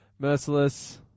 Merciless